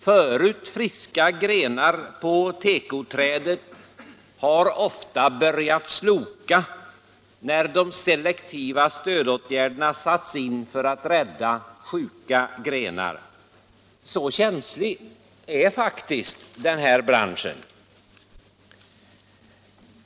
Förut friska grenar på tekoträdet har ofta börjat vissna när de selektiva stödåtgärderna satts in för att rädda sjuka grenar. Så känslig är faktiskt den här branschen.